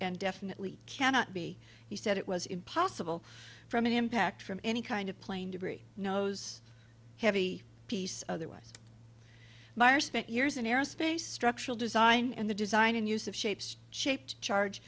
and definitely cannot be he said it was impossible from an impact from any kind of plane debris nose heavy piece otherwise myra's spent years in aerospace structural design and the design and use of shapes shaped charge